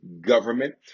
government